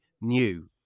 new